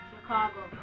Chicago